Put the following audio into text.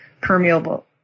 permeable